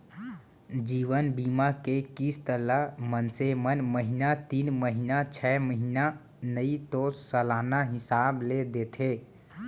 जीवन बीमा के किस्त ल मनसे मन महिना तीन महिना छै महिना नइ तो सलाना हिसाब ले देथे